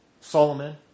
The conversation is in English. Solomon